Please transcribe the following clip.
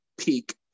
Peak